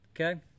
Okay